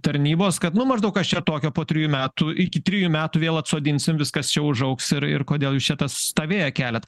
tarnybos kad nu maždaug kas čia tokio po trijų metų iki trijų metų vėl atsodinsim viskas čia užaugs ir ir kodėl jūs čia tas tą vėją keliat